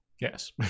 Yes